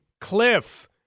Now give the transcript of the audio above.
cliff